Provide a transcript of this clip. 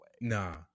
Nah